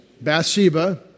Bathsheba